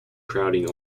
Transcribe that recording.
crowding